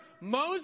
Moses